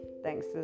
thanks